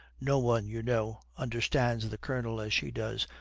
no one, you know, understands the colonel as she does,